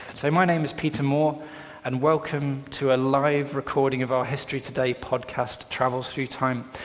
so my name is peter moore and welcome to a live recording of our history today podcast, travels through time.